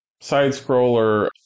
Side-scroller